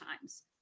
times